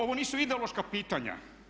Ovo nisu ideološka pitanja.